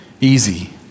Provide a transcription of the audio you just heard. easy